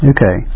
Okay